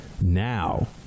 now